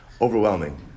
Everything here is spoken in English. Overwhelming